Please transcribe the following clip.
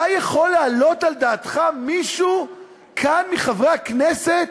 אתה יכול לעלות על דעתך מישהו כאן, מחברי הכנסת,